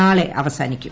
നാളെ അവസാനിക്കും